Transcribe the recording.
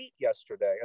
yesterday